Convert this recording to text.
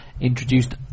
introduced